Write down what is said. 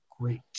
great